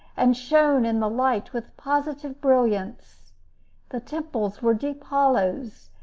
and shone in the light with positive brilliance the temples were deep hollows,